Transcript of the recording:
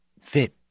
fit